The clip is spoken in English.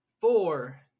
Four